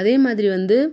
அதேமாதிரி வந்து